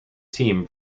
team